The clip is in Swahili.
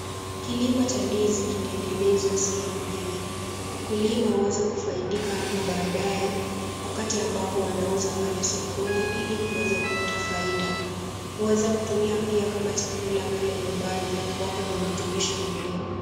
Kilimo cha ndizi kinaendelezwa sehemu hii. Wakulima huweza kufaidika hapo baadaye wakati ambapo wanauza pale sokoni ili kuweza kupata faida. Huweza kutumia kula pale nyumbani na kuwapa virutubisho mwilini.